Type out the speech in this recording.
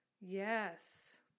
Yes